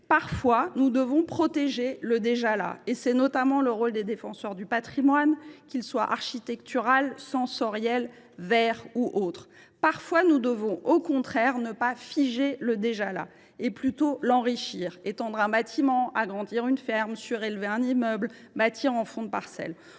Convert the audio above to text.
Parfois, nous devons protéger le déjà là : c’est notamment le rôle des défenseurs du patrimoine, que celui ci soit architectural, sensoriel, vert ou autre. Parfois, nous devons au contraire ne pas figer le déjà là, mais l’enrichir – étendre un bâtiment, agrandir une ferme, surélever un immeuble ou bâtir en fond de parcelle.